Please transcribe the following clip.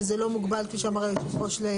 שזה לא מוגבל כפי שאמר יושב הראש.